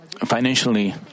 financially